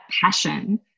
passion